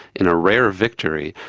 in a rare victory,